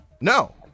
No